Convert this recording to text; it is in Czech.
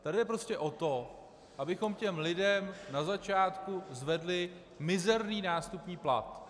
Tady jde prostě o to, abychom těm lidem na začátku zvedli mizerný nástupní plat.